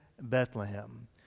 Bethlehem